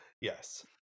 Yes